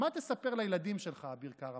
מה תספר לילדים שלך, אביר קארה?